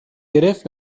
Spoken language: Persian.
گرفت